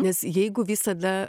nes jeigu visada